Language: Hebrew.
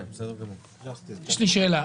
שאלה.